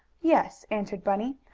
yes, answered bunny.